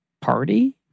party